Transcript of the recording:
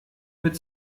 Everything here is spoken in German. mit